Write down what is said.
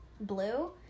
Blue